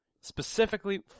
specifically